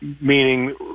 meaning